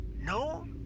No